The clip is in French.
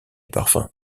parfums